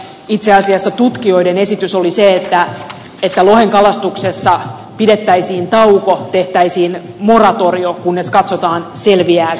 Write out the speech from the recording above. itse asiassa tutkijoiden esitys oli se että lohenkalastuksessa pidettäisiin tauko tehtäisiin moratorio kunnes katsotaan selviääkö luonnonlohi